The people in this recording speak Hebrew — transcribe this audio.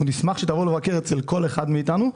אנחנו נשמח שתבוא לבקר אצל כל אחד מאתנו,